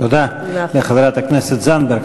תודה לחברת הכנסת זנדברג.